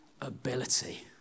ability